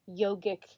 yogic